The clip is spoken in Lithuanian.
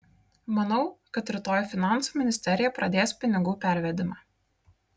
manau kad rytoj finansų ministerija pradės pinigų pervedimą